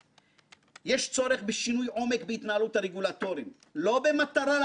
הצפוי הוא שהשינויים המיוחלים יביאו לכך שמתן האשראי